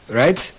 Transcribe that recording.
right